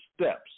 steps